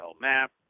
map